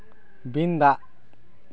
ᱵᱤᱱ ᱫᱟᱜ